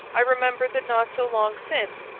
i remember that not so long since,